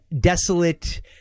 desolate